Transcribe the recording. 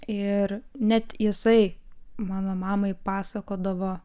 ir net jisai mano mamai pasakodavo